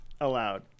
allowed